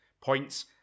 points